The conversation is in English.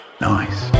Nice